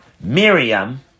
Miriam